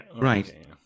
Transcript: Right